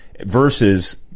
Versus